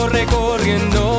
recorriendo